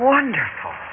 Wonderful